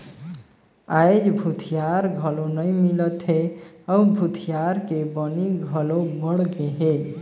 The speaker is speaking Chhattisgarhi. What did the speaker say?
आयज भूथिहार घलो नइ मिलत हे अउ भूथिहार के बनी घलो बड़ गेहे